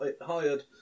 hired